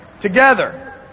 together